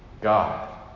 God